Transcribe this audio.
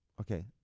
Okay